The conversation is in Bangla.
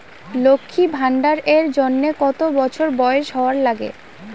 লক্ষী ভান্ডার এর জন্যে কতো বছর বয়স হওয়া লাগে?